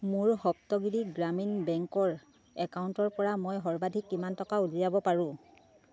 মোৰ সপ্তগিৰি গ্ৰামীণ বেংকৰ একাউণ্টৰপৰা মই সৰ্বাধিক কিমান টকা উলিয়াব পাৰোঁ